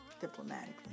diplomatically